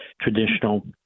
traditional